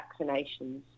vaccinations